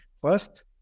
first